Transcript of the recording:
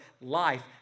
life